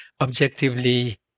objectively